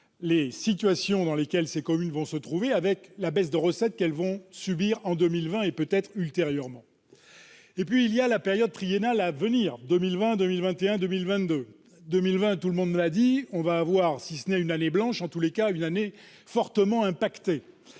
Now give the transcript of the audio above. les situations dans lesquelles ces communes vont se trouver avec la baisse de recettes qu'elles vont subir en 2020, et peut-être ultérieurement. Et puis, il y a la période triennale à venir, soit 2020, 2021 2022. Pour 2020, tout le monde l'a dit, on va avoir, si ce n'est une année blanche, en tout cas une année fortement impactée